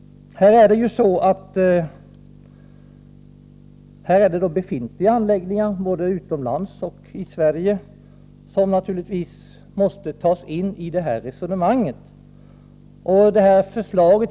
Det är befintliga anläggningar både utomlands och i Sverige som måste tas in i resonemanget.